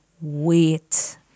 wait